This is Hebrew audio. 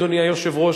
אדוני היושב-ראש,